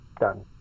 Done